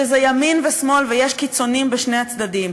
שזה ימין ושמאל ושיש קיצונים בשני הצדדים,